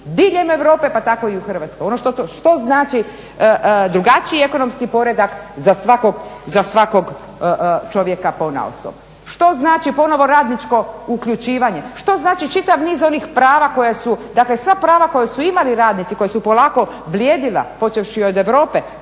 diljem Europe pa tako i u Hrvatskoj, ono što znači drugačiji ekonomski poredak za svakog čovjeka ponaosob. Što znači ponovo radničko uključivanje? Što znači čitav niz onih prava koja su, dakle sva prava koja su imali radnici koja su polako bljedila počevši od Europe,